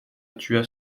tua